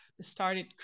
started